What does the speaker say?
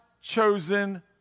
chosen